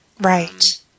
right